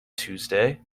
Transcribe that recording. tuesday